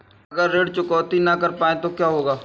अगर ऋण चुकौती न कर पाए तो क्या होगा?